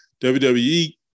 WWE